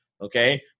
Okay